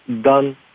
done